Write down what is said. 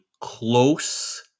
close